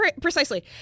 Precisely